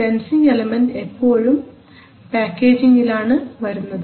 sensing element എപ്പോഴും പാക്കേജിങ്ലാണ് വരുന്നത്